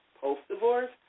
post-divorce